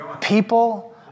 People